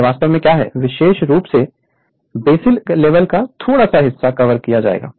यह वास्तव में क्या है विशेष रूप से बेसिक लेवल पर थोड़ा सा हिस्सा कवर किया जाएगा